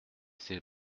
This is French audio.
ses